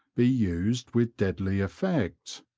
be used with deadly effect.